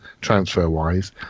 transfer-wise